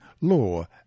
law